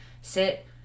sit